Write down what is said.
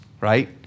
right